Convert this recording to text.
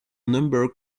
number